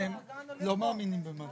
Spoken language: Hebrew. להגעה ולהפניה לחדרים האקוטיים בבתי החולים.